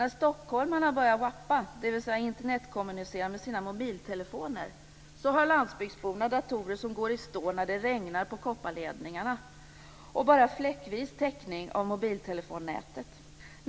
När stockholmarna börjar wappa, dvs. Internetkommunicera med sina mobiltelefoner, har landsbygdsborna datorer som går i stå när det regnar på kopparledningarna och bara en fläckvis täckning av mobiltelefonnätet.